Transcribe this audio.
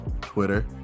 Twitter